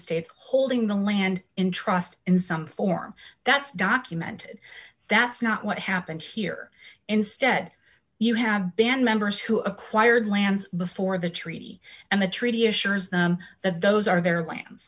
states holding the land in trust in some form that's documented that's not what happened here instead you have band members who acquired lands before the treaty and the treaty assures them of those are their lands